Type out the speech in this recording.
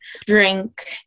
drink